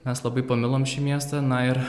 mes labai pamilom šį miestą na ir